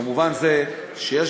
במובן הזה שיש,